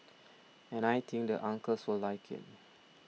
and I think the uncles will like it